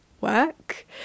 work